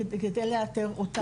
כדי לאתר אותן.